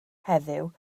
heddiw